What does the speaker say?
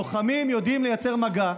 לוחמים יודעים לייצר מגע.